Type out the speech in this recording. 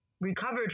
recovered